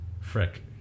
Frick